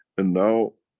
and now,